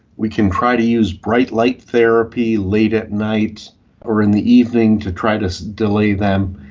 we can try to use bright light therapy late at night or in the evening to try to delay them.